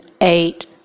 eight